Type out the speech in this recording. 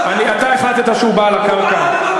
הוא בעל הקרקע,